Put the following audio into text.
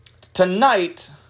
Tonight